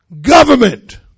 government